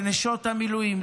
לנשות המילואים,